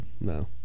No